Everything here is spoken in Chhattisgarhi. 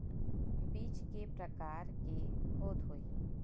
बीज के प्रकार के होत होही?